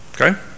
Okay